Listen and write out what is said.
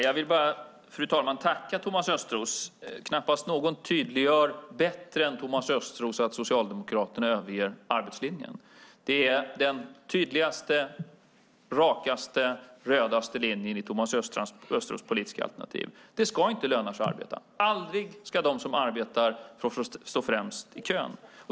Fru talman! Jag vill tacka Thomas Östros. Knappast någon tydliggör bättre än Thomas Östros att Socialdemokraterna överger arbetslinjen. Det är den tydligaste, rakaste, rödaste linjen i Thomas Östros politiska alternativ. Det ska inte löna sig att arbeta. Aldrig ska de som arbetar få stå främst i kön.